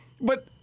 But-